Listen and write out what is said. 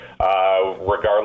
regardless